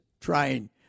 trying